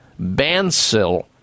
Bansil